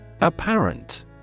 Apparent